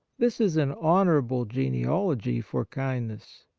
this is an honour able genealogy for kindness.